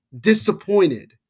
disappointed